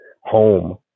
home